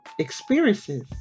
experiences